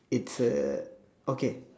it's a okay